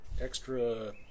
extra